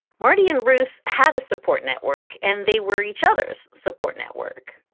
marty and ruth had a support network and they were each other's support network.